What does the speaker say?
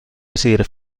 decidir